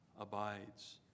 abides